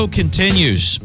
continues